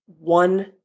One